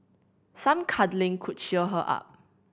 some cuddling could cheer her up